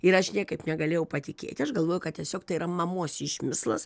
ir aš niekaip negalėjau patikėti aš galvojau kad tiesiog tai yra mamos išmislas